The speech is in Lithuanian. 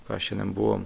ką šiandien buvom